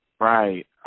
Right